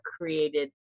created